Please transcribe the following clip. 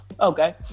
Okay